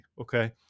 okay